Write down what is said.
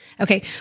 Okay